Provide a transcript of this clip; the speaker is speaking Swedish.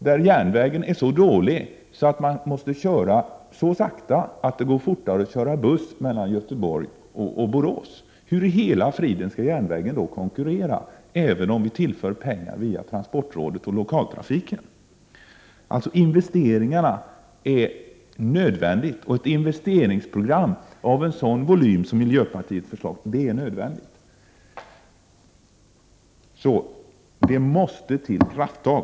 Den järnvägssträckan är så dålig att man måste köra så sakta att det går fortare att köra buss mellan Borås och Göteborg. Hur skulle järnvägen kunna konkurrera under sådana förutsättningar, även om vi tillför pengar via transportrådet och lokaltrafiken? Det är nödvändigt med ett investeringsprogram av en sådan volym som miljöpartiet föreslår. Det måste till krafttag.